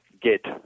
get